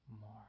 more